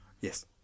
yes